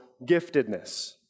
giftedness